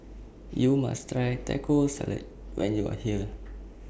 YOU must Try Taco Salad when YOU Are here